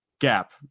gap